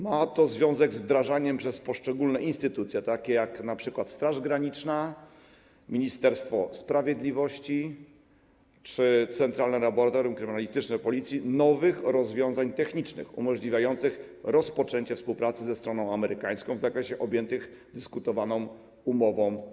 Ma to związek z wdrażaniem przez poszczególne instytucje, takie jak np. Straż Graniczna, Ministerstwo Sprawiedliwości czy Centralne Laboratorium Kryminalistyczne Policji, nowych rozwiązań technicznych umożliwiających rozpoczęcie współpracy ze stroną amerykańską w zakresie kwestii objętych dyskutowaną umową.